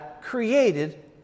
created